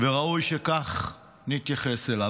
וראוי שכך נתייחס אליו.